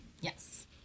Yes